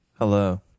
Hello